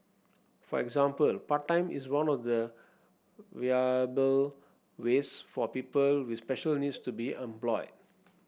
for example part time is one of the viable ways for people with special needs to be employed